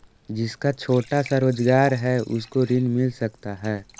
जिसका छोटा सा रोजगार है उसको ऋण मिल सकता है?